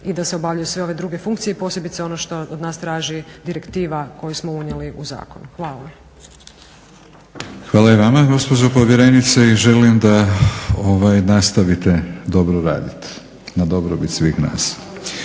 i da se obavljaju sve ove druge funkcije, posebice što od nas traži direktiva koju smo unijeli u zakon. Hvala. **Batinić, Milorad (HNS)** Hvala i vama gospođo povjerenice i želim da nastavite dobro raditi na dobrobit svih nas.